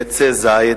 עצי זית,